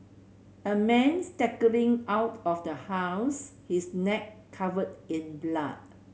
a man staggering out of the house his neck covered in blood